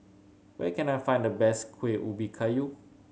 where can I find the best Kueh Ubi Kayu